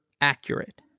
accurate